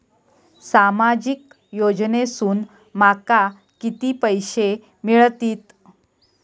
सामाजिक योजनेसून माका किती पैशे मिळतीत?